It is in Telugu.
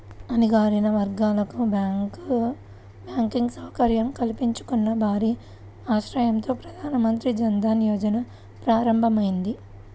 అణగారిన వర్గాలకు బ్యాంకింగ్ సౌకర్యం కల్పించాలన్న భారీ ఆశయంతో ప్రధాన మంత్రి జన్ ధన్ యోజన ప్రారంభమైంది